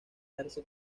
darse